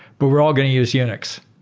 but we're all going to use unix,